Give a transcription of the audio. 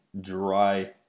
dry